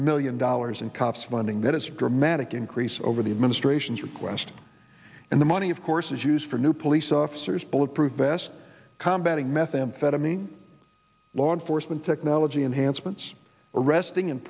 million dollars in cops funding that is a dramatic increase over the administration's request and the money of course is used for new police officers bulletproof vest combat a methamphetamine law enforcement technology enhanced ment's arresting and